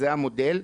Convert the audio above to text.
זה המודל.